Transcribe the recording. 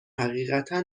حقیقتا